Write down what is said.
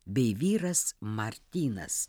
bei vyras martynas